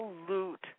absolute